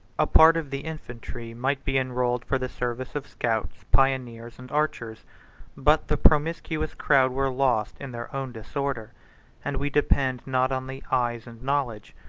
a part of the infantry might be enrolled for the service of scouts, pioneers, and archers but the promiscuous crowd were lost in their own disorder and we depend not on the eyes and knowledge,